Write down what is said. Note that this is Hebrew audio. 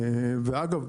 ואגב,